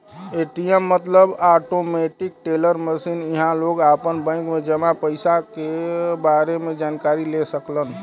ATM मतलब automatic teller machine इहां लोग आपन बैंक में जमा पइसा क बारे में जानकारी ले सकलन